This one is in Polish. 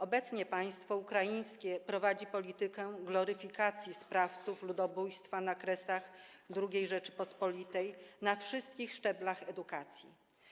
Obecnie państwo ukraińskie prowadzi politykę gloryfikacji sprawców ludobójstwa na Kresach II Rzeczypospolitej na wszystkich szczeblach edukacji.